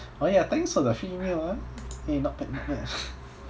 oh ya thanks for the free meal ah eh not bad not bad